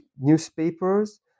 newspapers